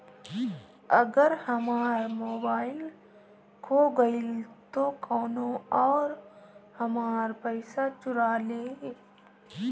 अगर हमार मोबइल खो गईल तो कौनो और हमार पइसा चुरा लेइ?